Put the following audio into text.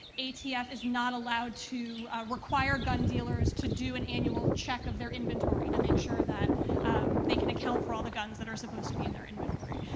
atf is not allowed to require gun dealers to do an annual check of their inventory to make sure that they can account for all of the guns that are supposed to be in their inventory.